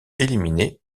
éliminé